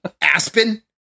Aspen